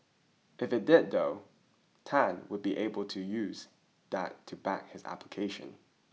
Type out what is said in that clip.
if it did though Tan would be able to use that to back his application